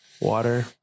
water